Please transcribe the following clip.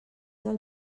del